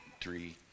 three